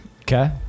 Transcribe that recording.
Okay